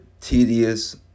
tedious